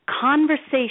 conversation